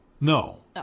No